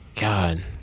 God